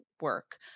work